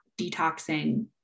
detoxing